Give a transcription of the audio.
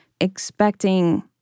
Expecting